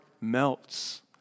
melts